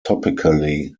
topically